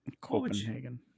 Copenhagen